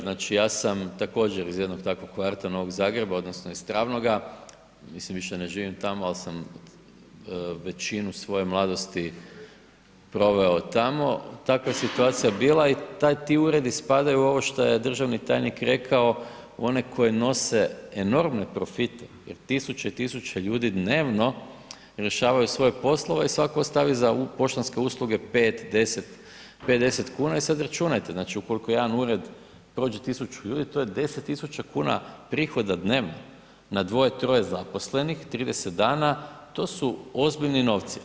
Znači, ja sam također iz jednog takvog kvarta, Novog Zagreba odnosno iz Travnoga, mislim više ne živim tamo, al sam većinu svoje mladosti proveo tamo, takva je situacija bila i taj, ti uredi spadaju u ovo što je državni tajnik rekao u one koji nose enormne profite jer tisuće i tisuće ljudi dnevno rješavaju svoje poslove i svatko ostavi za poštanske usluge 5, 10. 50,00 kn i sad računajte, znači ukoliko jedan ured prođe 1000 ljudi, to je 10.000,00 kn prihoda dnevno, na 2-3 zaposlenih 30 dana, to su ozbiljni novci.